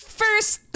first